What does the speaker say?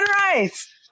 rice